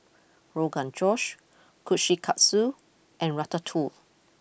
Rogan Josh Kushikatsu and Ratatouille